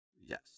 Yes